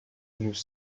nous